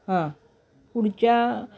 हां पुढच्या